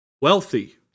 wealthy